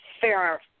fair